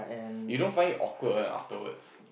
you don't find it awkward right afterwards